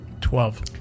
Twelve